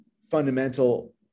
fundamental